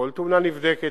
כל תאונה נבדקת.